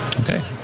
Okay